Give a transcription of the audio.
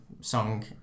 song